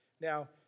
Now